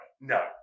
no